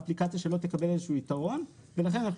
האפליקציה שלו תקבל איזשהו יתרון ולכן אנחנו